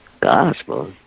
Gospel